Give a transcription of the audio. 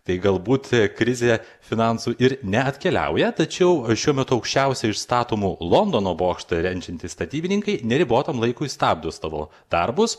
tai galbūt krizė finansų ir neatkeliauja tačiau šiuo metu aukščiausia iš statomų londono bokštą renčiantys statybininkai neribotam laikui stabdo savo darbus